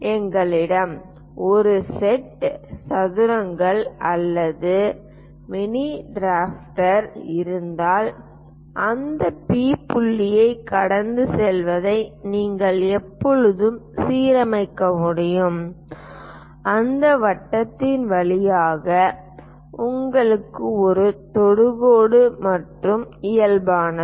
உங்களிடம் ஒரு செட் சதுரங்கள் அல்லது மினி டிராஃப்டர் இருந்தால் அந்த P புள்ளியைக் கடந்து செல்வதை நீங்கள் எப்போதும் சீரமைக்க முடியும் அந்த வட்டத்தின் வழியாக உங்களுக்கு ஒரு தொடுகோடு மற்றும் இயல்பானது